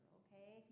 okay